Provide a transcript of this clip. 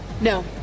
No